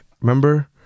Remember